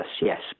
yes